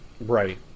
Right